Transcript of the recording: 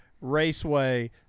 Raceway